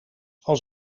als